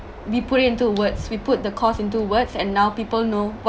we put it into words we put the cause into words and now people know what